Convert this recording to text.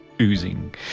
oozing